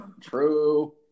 True